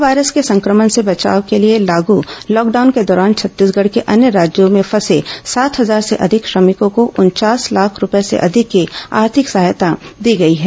corona virus के संक्रमण से बचाव के लिए लागू लॉकडाउन के दौरान छत्तीसगढ़ के अन्य राज्यों में फंसे सात हजार से अधिक श्रमिकों को उनचास लाख रूपये से अधिक की आर्थिक सहायता दी गई है